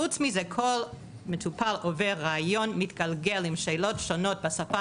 חוץ מזה כל מטפל עובר ראיון מתגלגל עם שאלות שונות בשפה